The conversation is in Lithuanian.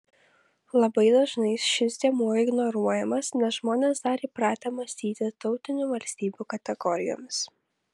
labai dažnai šis dėmuo ignoruojamas nes žmonės dar įpratę mąstyti tautinių valstybių kategorijomis